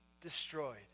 destroyed